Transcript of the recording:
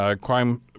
crime